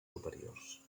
superiors